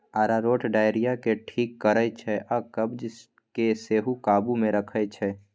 अरारोट diarrhoea केँ ठीक करै छै आ कब्ज केँ सेहो काबु मे रखै छै